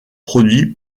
produit